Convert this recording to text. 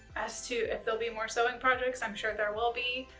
as to if there'll be more sewing projects, i'm sure there will be.